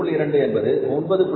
2 என்பது 9